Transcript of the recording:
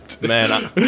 Man